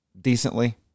decently